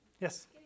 Yes